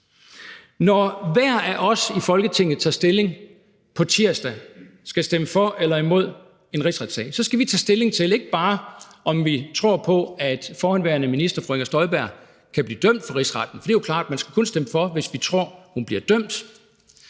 Når hver af os i Folketinget tager stilling på tirsdag og skal stemme for eller imod en rigsretssag, så skal vi ikke bare tage stilling til, om vi tror på, at forhenværende minister fru Inger Støjberg kan blive dømt af Rigsretten – for det er jo klart, at man kun skal stemme for, hvis man tror, at hun bliver dømt